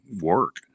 work